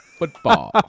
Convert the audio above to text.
Football